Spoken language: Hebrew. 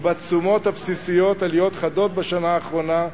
בסחורות ובתשומות הבסיסיות בשנה האחרונה.